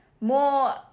more